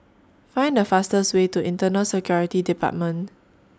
Find The fastest Way to Internal Security department